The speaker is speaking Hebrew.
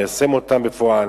ליישם אותם בפועל.